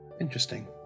Interesting